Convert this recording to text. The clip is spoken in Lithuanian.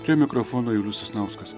prie mikrofono julius sasnauskas